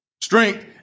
Strength